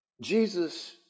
Jesus